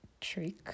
trick